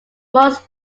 most